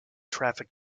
traffic